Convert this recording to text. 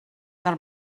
del